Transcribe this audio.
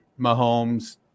Mahomes